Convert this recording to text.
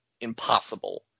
impossible